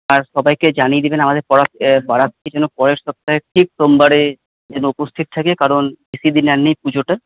আর সবাইকে জানিয়ে দেবেন আমাদের পাড়া পাড়ার পিছনে পরের সপ্তাহে ঠিক সোমবারে যেন উপস্থিত থাকে কারণ বেশি দিন আর নেই পুজোতে